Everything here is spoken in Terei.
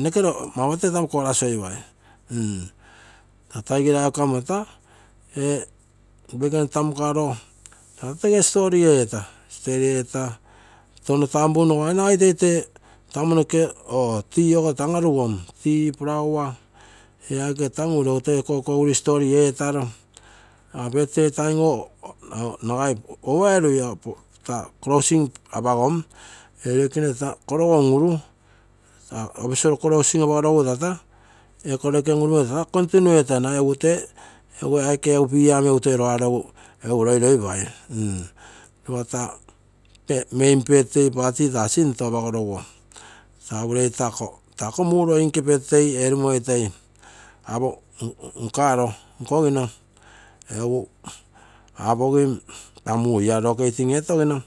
noke rogorogui tata igiraiko amo tata tamukero egu tega story eeta, story etaro, touno tampunno amo tata tea ago tate anarugom birthday time ogo ora eru. Closing aposom ee roi kene tata korogo un-uru ee roikene un-rumoi tata continue eeta, nagai egu tee beer omi egu toi rogaro roiroipai. lopa taa main birthday party tata sinto apagorogu. Urei taa ako loinke birthday toi nkaro apogim taa muu ia egu locating etogino.